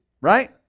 Right